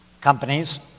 Companies